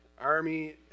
army